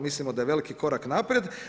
Mislimo da je veliki korak naprijed.